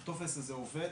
הטופס הזה עובד.